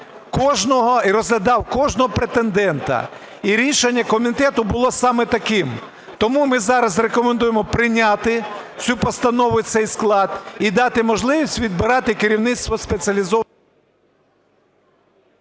кожного і розглядав кожного претендента, і рішення комітету було саме таким. Тому ми зараз рекомендуємо прийняти цю постанову і цей склад, і дати можливість відбирати керівництво.… ГОЛОВУЮЧИЙ.